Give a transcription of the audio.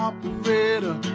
Operator